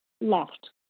left